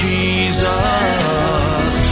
Jesus